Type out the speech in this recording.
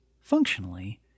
functionally